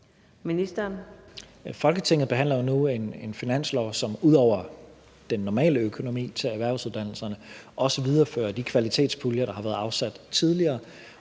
Folketinget behandler jo nu en finanslov, som ud over den normale økonomi til erhvervsuddannelserne også viderefører de kvalitetspuljer, der har været afsat tidligere,